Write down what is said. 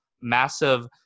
massive